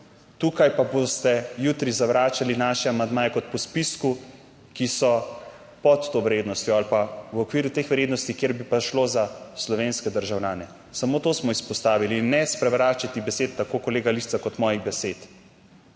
Tukaj pa boste jutri zavračali naše amandmaje, kot po spisku, ki so pod to vrednostjo ali pa v okviru teh vrednosti, kjer bi pa šlo za slovenske državljane. Samo to smo izpostavili in ne sprevračati besed, tako kolega Lisca kot mojih besed.